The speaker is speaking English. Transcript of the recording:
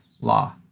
law